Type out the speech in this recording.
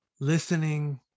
listening